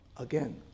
Again